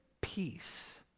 peace